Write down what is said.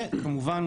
וכמובן,